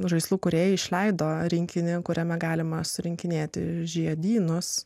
žaislų kūrėjai išleido rinkinį kuriame galima surinkinėti žiedynus